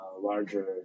larger